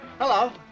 Hello